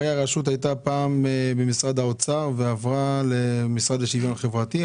הרשות הייתה פעם במשרד האוצר ועברה למשרד לשוויון חברתי.